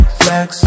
flex